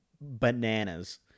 bananas